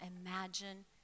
imagine